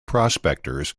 prospectors